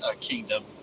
kingdom